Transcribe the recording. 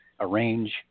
arrange